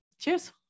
Cheers